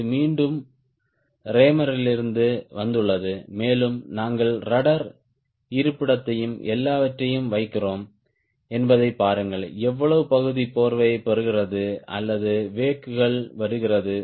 இது மீண்டும் ரேமரிடமிருந்து வந்துள்ளது மேலும் நாங்கள் ரட்ட்ர் இருப்பிடத்தையும் எல்லாவற்றையும் வைக்கிறோம் என்பதைப் பாருங்கள் எவ்வளவு பகுதி போர்வை பெறுகிறது அல்லது வெக் குள் வருகிறது